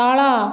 ତଳ